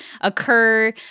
occur